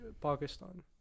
Pakistan